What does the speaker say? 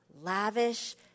lavish